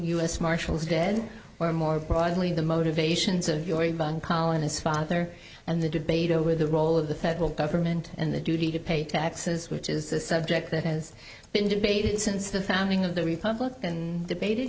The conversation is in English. s marshals dead or more broadly the motivations of your eban colonist father and the debate over the role of the federal government and the duty to pay taxes which is a subject that has been debated since the founding of the republic and debated